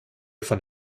von